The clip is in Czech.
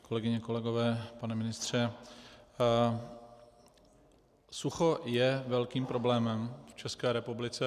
Kolegyně, kolegové, pane ministře, sucho je velkým problémem v České republice.